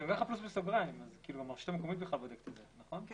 שענה משרד הבריאות שוב,